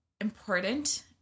important